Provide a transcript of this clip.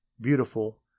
beautiful